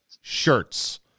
shirts